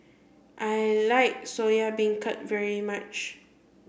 I like Soya Beancurd very much